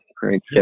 Great